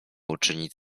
uczynić